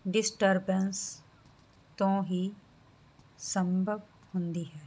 disturbance ਤੋਂ ਹੀ ਸੰਭਵ ਹੁੰਦੀ ਹੈ